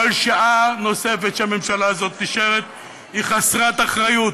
כל שעה נוספת שהממשלה הזאת נשארת היא חסרת אחריות.